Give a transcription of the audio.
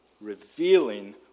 revealing